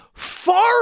Far